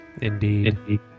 Indeed